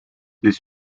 this